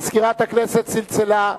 מזכירת הכנסת צלצלה.